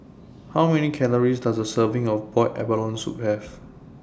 How Many Calories Does A Serving of boiled abalone Soup Have